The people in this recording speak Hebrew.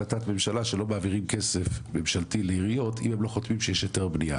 שלא מעבירים כסף ממשלתי לעיריות אם הם לא חותמים שיש היתר בניה,